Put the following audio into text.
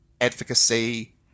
advocacy